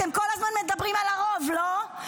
אתם כל הזמן מדברים על הרוב, לא?